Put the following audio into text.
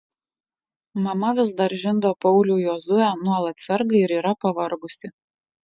mama vis dar žindo paulių jozuę nuolat serga ir yra pavargusi